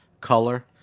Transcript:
color